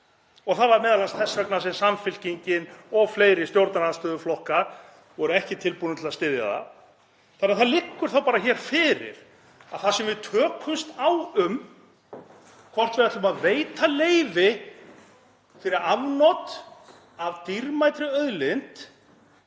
og það var m.a. þess vegna sem Samfylkingin og fleiri stjórnarandstöðuflokkar voru ekki tilbúnir til að styðja það. Þá liggur bara fyrir það sem við tökumst á um, þ.e. hvort við ætlum að veita leyfi fyrir afnot af dýrmætri auðlind